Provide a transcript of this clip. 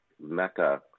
mecca